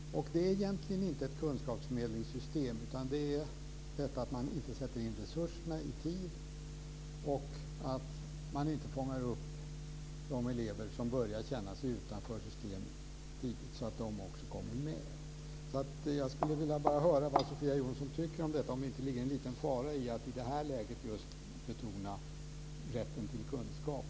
Det beror egentligen inte på kunskapsförmedlingssystemet utan det beror på att man inte sätter in resurserna i tid och på att man inte i tid fångar upp de elever som börjar känna sig utanför systemet så att de också kommer med. Jag vill bara höra vad Sofia Jonsson tycker om detta, om det inte ligger en liten fara i att i det här läget betona rätten till kunskap.